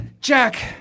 Jack